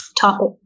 topic